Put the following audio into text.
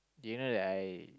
did you know that I